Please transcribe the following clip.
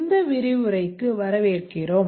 இந்த விரிவுரைக்கு வரவேற்கிறோம்